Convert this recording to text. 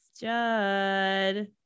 Judd